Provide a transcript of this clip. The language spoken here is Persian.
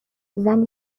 زنی